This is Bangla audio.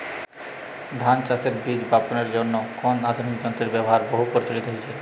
ধান চাষের বীজ বাপনের জন্য কোন আধুনিক যন্ত্রের ব্যাবহার বহু প্রচলিত হয়েছে?